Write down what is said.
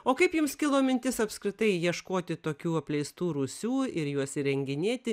o kaip jums kilo mintis apskritai ieškoti tokių apleistų rūsių ir juos įrenginėti